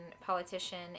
politician